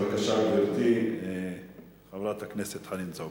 בבקשה, גברתי, חברת הכנסת חנין זועבי.